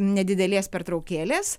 nedidelės pertraukėlės